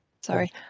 Sorry